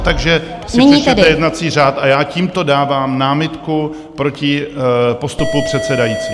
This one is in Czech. Takže si přečtěte jednací řád a já tímto dávám námitku proti postupu předsedající.